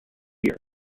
here